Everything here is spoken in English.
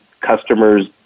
customers